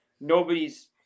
nobody's